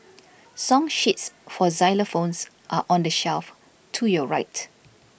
song sheets for xylophones are on the shelf to your right